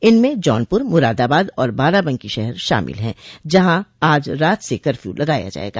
इनमें जौनपुर मुरादाबाद और बाराबंकी शहर शामिल है जहां आज रात से कर्फ्यू लगाया जायेगा